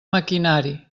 maquinari